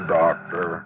doctor